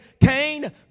Cain